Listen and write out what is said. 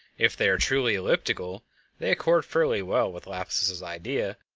if they are truly elliptical they accord fairly well with laplace's idea,